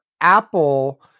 Apple